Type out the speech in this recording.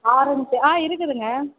orange ஆ இருக்குதுங்க